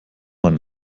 man